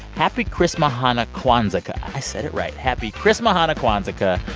happy chrismahanukwanzakah. i said it right. happy chrismahanukwanzakah.